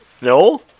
No